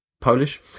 Polish